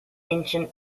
ancient